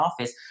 office